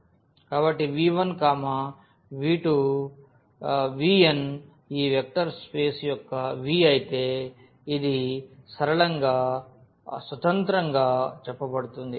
కాబట్టి v1v2vn ఈ vector space యొక్క V అయితే ఇది సరళంగా స్వతంత్రంగా చెప్పబడుతుంది